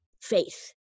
faith